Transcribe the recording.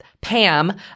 Pam